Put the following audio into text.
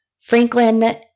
Franklin